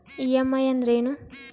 EMI ಅಂದ್ರೇನು?